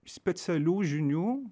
specialių žinių